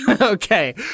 Okay